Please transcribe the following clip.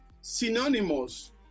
synonymous